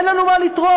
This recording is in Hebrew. אין לנו מה לתרום,